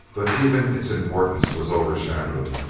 but even its importance was overshadowed.